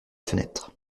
fenêtre